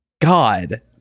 god